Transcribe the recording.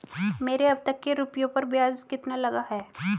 मेरे अब तक के रुपयों पर ब्याज कितना लगा है?